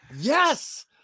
Yes